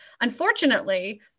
Unfortunately